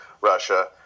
russia